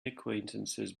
acquaintances